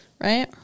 Right